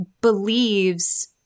believes